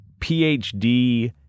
PhD